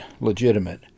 legitimate